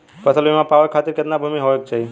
फ़सल बीमा पावे खाती कितना भूमि होवे के चाही?